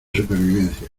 supervivencia